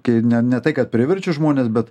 kai ne ne tai kad priverčiu žmones bet